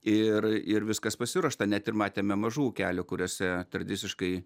ir ir viskas pasiruošta net ir matėme mažų ūkelių kuriuose tradiciškai